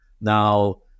Now